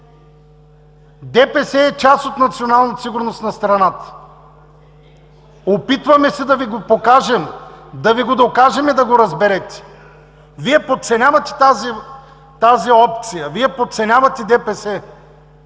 ДПС е част от националната сигурност на страната. Опитваме се да Ви го покажем, да Ви го докажем и да го разберете. Вие подценявате тази опция, подценявате ДПС,